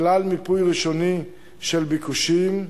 כולל מיפוי ראשוני של ביקושים,